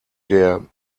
der